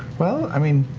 well, i mean,